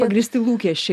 pagrįsti lūkesčiai